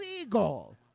illegal